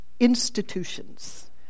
institutions